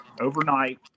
overnight